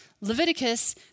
Leviticus